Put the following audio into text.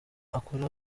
akora